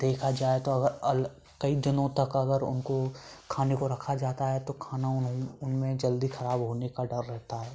देखा जाए तो अगर अल कई दिनों तक अगर उनको खाने को रखा जाता है तो खाना उन उनमें जल्दी खराब होने का डर रहता है